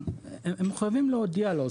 חייבים להודיע לו.